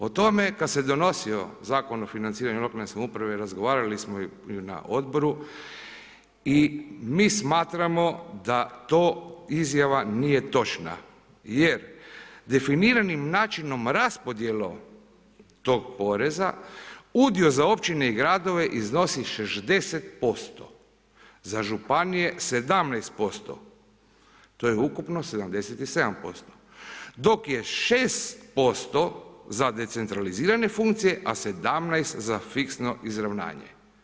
O tome kad se donosio Zakon o financiranju lokalne samouprave razgovarali smo i na Odboru i mi smatramo da to izjava nije točna, jer definiranim načinom raspodjele tog poreza udio za općine i gradove iznosi 60%, za županije 17%, to je ukupno 77%, dok je 6% za decentralizirane funkcije a 17 za fiksno izravnanje.